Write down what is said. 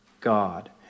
God